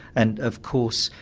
and of course,